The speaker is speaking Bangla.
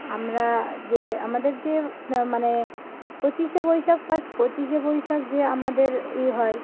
আমরা যে আমাদের যে মানে পঁচিশে বৈশাখ ফার্স্ট পঁচিশে বৈশাখ যে আমাদের ইয়ে হয়